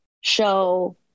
show